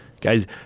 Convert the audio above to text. Guys